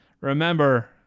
Remember